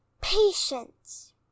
Patience